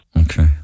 Okay